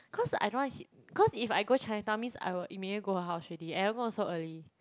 cause I don't want to cause if I go Chinatown means I'll immediately go her house already and I don't want to go so early